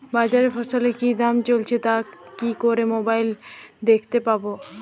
বাজারে ফসলের কি দাম চলছে তা কি করে মোবাইলে দেখতে পাবো?